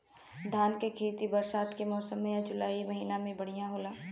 धान के खेती बरसात के मौसम या जुलाई महीना में बढ़ियां होला?